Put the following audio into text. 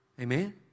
Amen